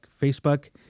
Facebook